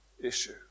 issue